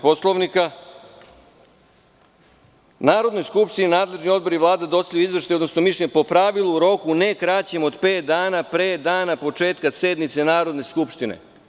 Poslovnika Narodnoj skupštini nadležni odbor i Vlada dostavljaju izveštaj odnosno mišljenje, po pravilu u roku ne kraćem od pet dana pre dana početka sednice Narodne skupštine.